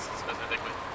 specifically